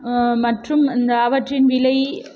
மற்றும் இந்த அவற்றின் விலை